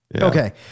Okay